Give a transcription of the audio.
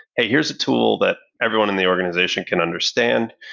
hey, here's a tool that everyone in the organization can understand.